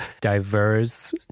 diverse